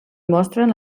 mostren